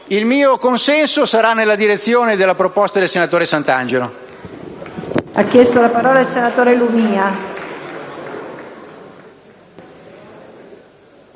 Il mio consenso andrà nella direzione della proposta del senatore Santangelo.